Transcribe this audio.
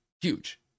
huge